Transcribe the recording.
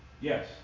Yes